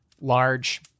large